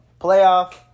playoff